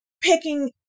picking